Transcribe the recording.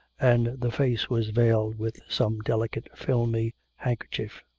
and the face was veiled with some delicate, filmy handkerchief.